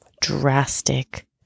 drastic